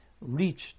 reached